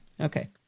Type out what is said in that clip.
Okay